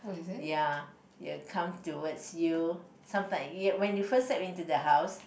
ya it will come towards you sometimes when you first step into the house